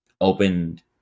opened